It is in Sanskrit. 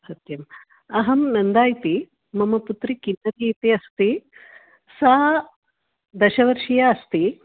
सत्यम् अहं नन्दा इति मम पुत्री किन्नरी इति अस्ति सा दशवर्षीया अस्ति